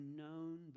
known